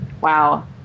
Wow